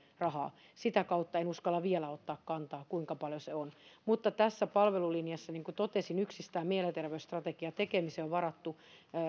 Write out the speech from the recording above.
rahaa koulutukseen sitä kautta en uskalla vielä ottaa kantaa kuinka paljon se on mutta tässä palvelulinjassa niin kuin totesin yksistään mielenterveysstrategian tekemiseen on varattu